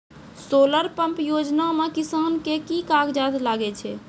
Solar pump योजना म किसान के की कागजात लागै छै?